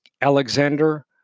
Alexander